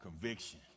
Conviction